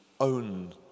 own